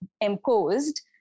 imposed